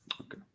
Okay